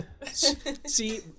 See